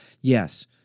Yes